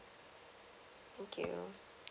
okay bye bye